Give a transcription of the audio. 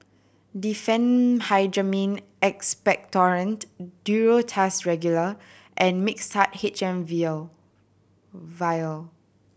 Diphenhydramine Expectorant Duro Tuss Regular and Mixtard H M vial